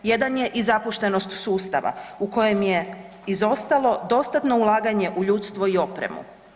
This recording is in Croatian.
Jedan je i zapuštenost sustava u kojem je izostalo dostatno ulaganje u ljudstvo i opremu.